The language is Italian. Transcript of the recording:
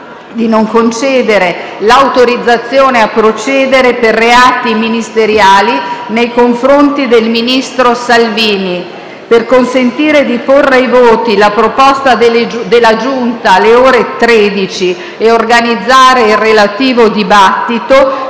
di non concedere l'autorizzazione a procedere per reati ministeriali nei confronti del ministro Salvini. Per consentire di porre ai voti la proposta della Giunta alle ore 13 e organizzare il relativo dibattito